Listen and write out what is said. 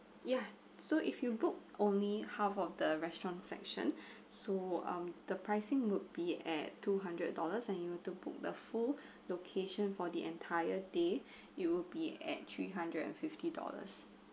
ya so if you book only half of the restaurant section so um the pricing would be at two hundred dollars and you would have to book the full location for the entire day you will be at three hundred and fifty dollars